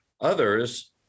others